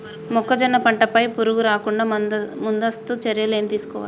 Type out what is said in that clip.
మొక్కజొన్న పంట పై పురుగు రాకుండా ముందస్తు చర్యలు ఏం తీసుకోవాలి?